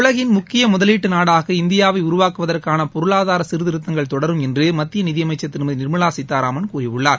உலகின் முக்கிய முதலீட்டு நாடாக இந்தியாவை உருவாக்குவதற்கான பொருளாதார சீர்த்திருத்தங்கள் தொடரும் என்று மத்திய நிதி அமைச்சர் திருமதி நிர்மலா சீதாராமன் கூறியுள்ளார்